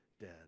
dead